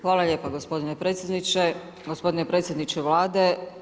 Hvala lijepa gospodine predsjedniče, gospodine predsjedniče Vlade.